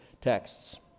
texts